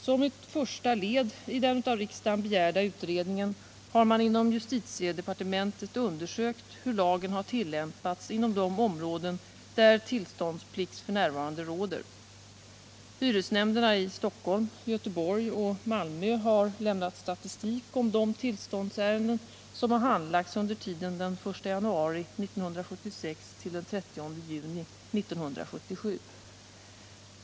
Som ett första led i den av riksdagen begärda utredningen har man inom justitiedepartementet undersökt hur lagen tillämpats inom de områden där tillståndsplikt f. n. råder. Hyresnämnderna i Stockholm, Gö teborg och Malmö har lämnat statistik om de tillståndsärenden som handlagts under tiden den 1 januari 1976-den 30 juni 1977.